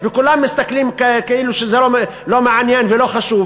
וכולם מסתכלים כאילו שזה לא מעניין ולא חשוב?